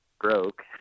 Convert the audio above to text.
broke